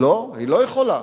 לא, היא לא יכולה.